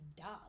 dog